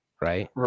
Right